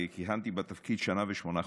וכיהנתי בתפקיד שנה ושמונה חודשים.